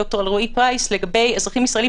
ד"ר אלרעי פרייס לגבי אזרחים ישראלים